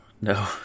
no